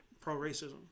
Pro-racism